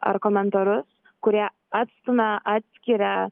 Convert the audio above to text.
ar komentarus kurie atstumia atskiria